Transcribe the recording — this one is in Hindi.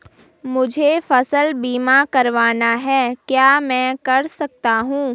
मुझे फसल बीमा करवाना है क्या मैं कर सकता हूँ?